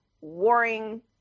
warring